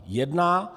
Jedná.